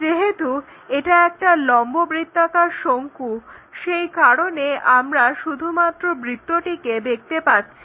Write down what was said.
যেহেতু এটা একটা লম্ব বৃত্তাকার শঙ্কু সেই কারণে আমরা শুধুমাত্র বৃত্তটিকে দেখতে পাচ্ছি